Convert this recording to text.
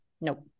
nope